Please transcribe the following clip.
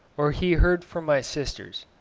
or he heard from my sisters,